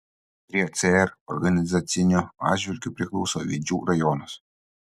prie cr organizaciniu atžvilgiu priklauso vidžių rajonas